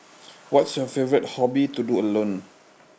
what's your favorite hobby to do alone